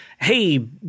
Hey